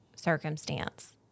circumstance